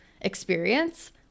experience